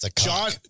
John